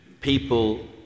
people